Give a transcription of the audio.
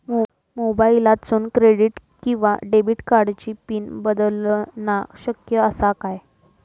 मोबाईलातसून क्रेडिट किवा डेबिट कार्डची पिन बदलना शक्य आसा काय?